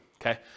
Okay